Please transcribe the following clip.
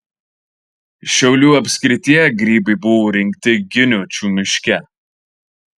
šiaulių apskrityje grybai buvo rinkti giniočių miške